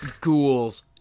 Ghouls